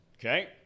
Okay